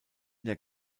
der